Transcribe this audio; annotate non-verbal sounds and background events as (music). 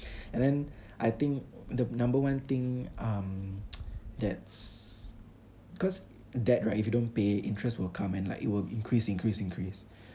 and then I think the number one thing um (noise) that's cause debt right if you don't pay interest will come and like it will increase increase increase